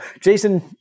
Jason